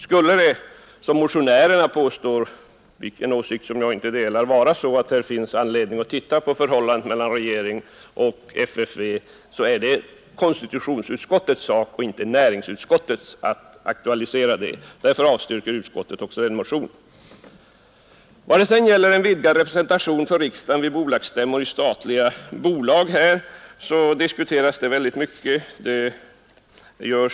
Skulle det, som motionärerna påstår — en åsikt som jag inte delar —, finnas anledning att granska förhållandet mellan regeringen och FFV, är det allså konstitutionsutskottets uppgift och inte näringsutskottets att aktualisera den frågan. Näringsutskottet avstyrker motionen. En utvidgning av systemet med representation för riksdagen vid de statliga företagens bolagsstämmor har diskuterats väldigt mycket.